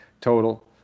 total